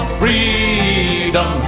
freedom